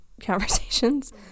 conversations